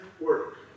work